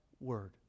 Word